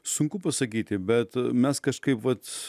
sunku pasakyti bet mes kažkaip vat